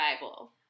bible